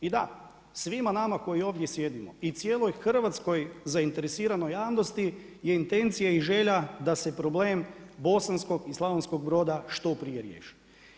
I da, svima nama koji ovdje sjedimo i cijeloj Hrvatskoj zainteresiranoj javnosti je intencija i želja da se problem Bosanskog i Slavonskog Broda što prije riješi.